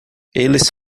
eles